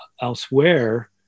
elsewhere